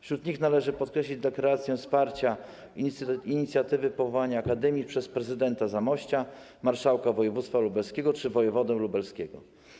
Wśród nich należy podkreślić deklarację wsparcia inicjatywy powołania akademii przez prezydenta Zamościa, marszałka województwa lubelskiego czy wojewodę lubelskiego.